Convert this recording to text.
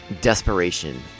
desperation